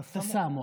"תסאמוח".